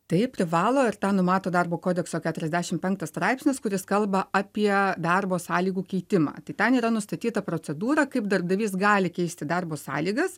taip privalo ir tą numato darbo kodekso keturiasdešim penktas straipsnis kuris kalba apie darbo sąlygų keitimą tai ten yra nustatyta procedūra kaip darbdavys gali keisti darbo sąlygas